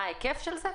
המוצא ומה ההיקף שלו?